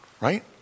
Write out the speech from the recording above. right